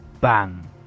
bang